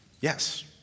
Yes